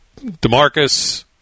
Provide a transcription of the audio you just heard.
demarcus